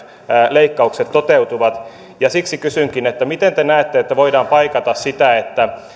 leikkaukset toteutuvat siksi kysynkin miten te näette että voidaan paikata sitä että